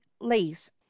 lace